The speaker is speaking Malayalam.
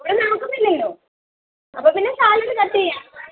അവിടെ നടക്കുന്നില്ലല്ലോ അപ്പോൾ പിന്നെ സാലറി നിന്ന് കട്ട് ചെയ്യാം